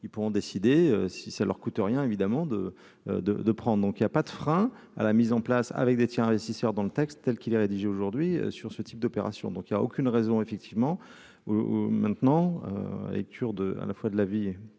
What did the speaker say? ils pourront décider si ça leur coûte rien évidemment de, de, de prendre, donc il y a pas de frein à la mise en place avec des petits investisseurs dans le texte tel qu'il est rédigé aujourd'hui sur ce type d'opération, donc il y a aucune raison effectivement où maintenant et cure de à la fois de la vie